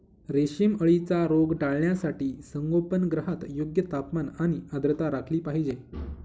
रेशीम अळीचा रोग टाळण्यासाठी संगोपनगृहात योग्य तापमान आणि आर्द्रता राखली पाहिजे